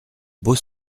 beau